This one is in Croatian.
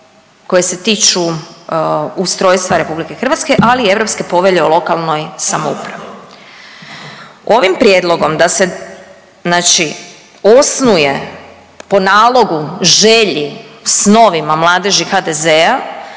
koje se tiču ustrojstva RH, ali i Europske povelje o lokalnoj samoupravi. Ovim prijedlogom da se znači, osnuje po nalogu, želji, snovima Mladeži HDZ-a